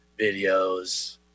videos